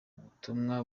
ubutumwa